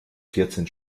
vierzehn